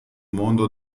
mondo